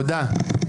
תודה.